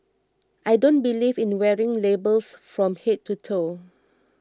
I don't believe in wearing labels from head to toe